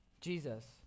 Jesus